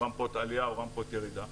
רמפות עליה או רמפות ירידה,